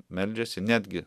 meldžiasi netgi